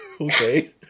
okay